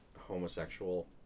homosexual